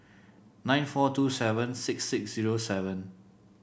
nine four two seven six six zero seven